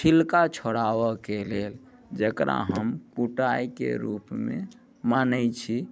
छिलका छोड़ाबऽ के लेल जेकरा हम कुटाइके रूपमे मानैत छी